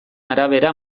arabera